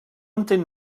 entén